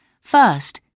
First